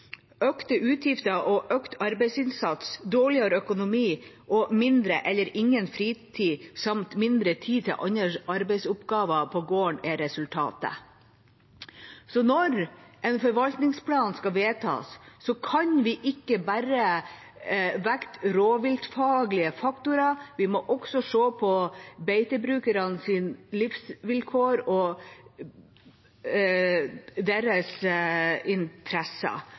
Økte utgifter og økt arbeidsinnsats, dårligere økonomi og mindre eller ingen fritid, samt mindre tid til andre arbeidsoppgaver på gården er resultatet. Så når en forvaltningsplan skal vedtas, kan vi ikke bare vekte rovviltfaglige faktorer, vi må også se på beitebrukernes livsvilkår og deres interesser.